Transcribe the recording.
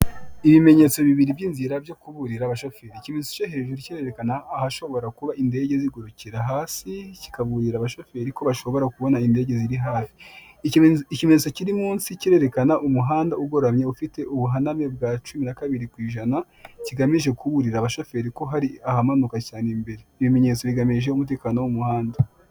Ibimenyetso bibiri by' inzira byo kuburira abashoferi ikimenyetso cyo hejuru kirerekana ahashobora kuba indege zigurukira hasi kikaburira abashoferi ko bashobora kubona indege ziri hafi. Ikimenyetso kiri munsi kirerekana umuhanda ugoramye ufite ubuhaname bwa cumi n'akabiri ku ijana kigamije kuburira abashoferi ko hari ahamanuka cyane imbere. Ibi bimenyetso bigamije umutekano wo mu muhanda.